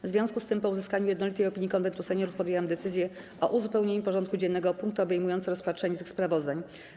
W związku z tym, po uzyskaniu jednolitej opinii Konwentu Seniorów, podjęłam decyzję o uzupełnieniu porządku dziennego o punkty obejmujące rozpatrzenie tych sprawozdań.